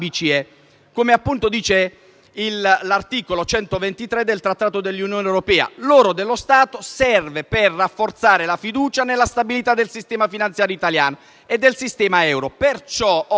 Come dice l'articolo 123 del Trattato sul funzionamento dell'Unione europea, l'oro dello Stato serve per rafforzare la fiducia nella stabilità del sistema finanziario italiano e del sistema euro.